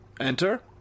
Enter